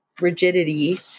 rigidity